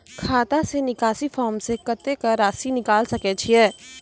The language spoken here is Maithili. खाता से निकासी फॉर्म से कत्तेक रासि निकाल सकै छिये?